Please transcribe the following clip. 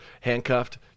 Handcuffed